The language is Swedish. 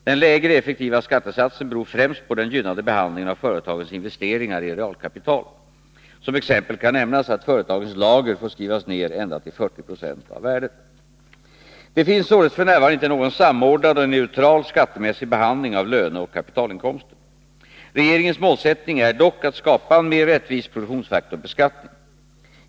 Den lägre effektiva skattesatsen beror främst på den gynnade behandlingen av företagens investeringar i realkapital. Som exempel kan nämnas att företagens lager får skrivas ned ända till 40 96 av värdet. Det finns således f. n. inte någon samordnad och neutral skattemässig behandling av löneoch kapitalinkomster. Regeringens målsättning är dock att skapa en mer rättvis produktionsfaktorsbeskattning.